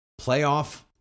Playoff